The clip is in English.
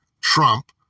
Trump